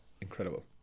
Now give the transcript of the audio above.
incredible